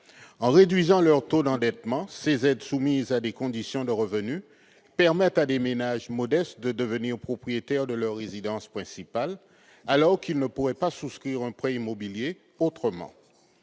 En réduisant leur taux d'endettement, ces aides soumises à des conditions de revenus permettent à des ménages modestes de devenir propriétaires de leur résidence principale, alors qu'ils ne pourraient pas souscrire un prêt immobilier autrement.